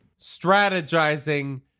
strategizing